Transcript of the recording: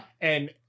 And-